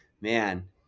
man